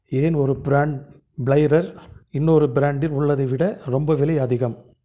ஏன் ஒரு brand pliers இன்னொரு பிரான்டில் உள்ளதை விட ரொம்ப விலை அதிகம்